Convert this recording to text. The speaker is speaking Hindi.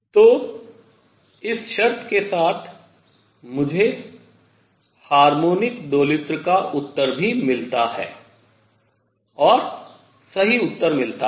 तो इस शर्त के साथ मुझे हार्मोनिक दोलित्र का उत्तर भी मिलता है और सही उत्तर मिलता है